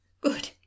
good